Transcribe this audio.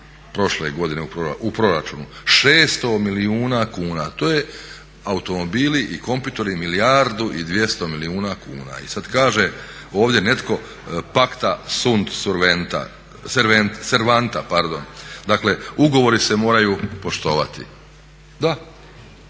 prošle godine u proračunu, 600 milijuna kuna, to su automobili i kompjuteri 1 milijardu i 200 milijuna kuna. I sad kaže ovdje netko pakta sunt servanta. Dakle, ugovori se moraju poštovati, da